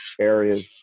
areas